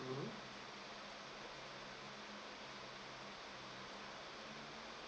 mmhmm